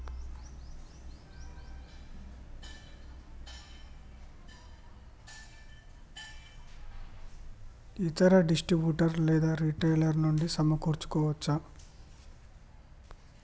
ఇతర డిస్ట్రిబ్యూటర్ లేదా రిటైలర్ నుండి సమకూర్చుకోవచ్చా?